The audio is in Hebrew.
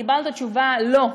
קיבלת תשובה: לא,